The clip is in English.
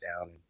down